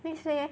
next week eh